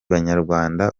banyarwanda